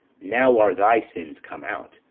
now are thy sins come out,